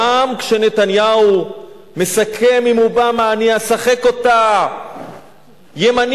גם כשנתניהו מסכם עם אובמה: אני אשחק אותה ימני,